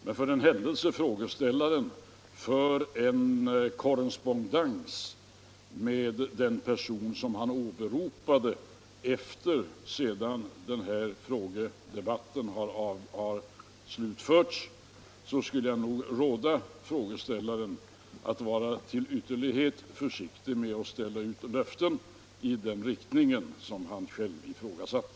Men för den händelse frågeställaren kommer att föra en korrespondens med den person som han åberopade, efter det att denna frågedebatt har slutförts, skulle jag nog råda frågeställaren att vara till ytterlighet försiktig med att ställa ut löften i den riktning som han själv ifrågasatte.